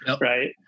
Right